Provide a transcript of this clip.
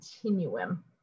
continuum